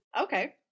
Okay